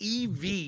EV